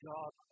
God